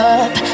up